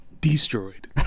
Destroyed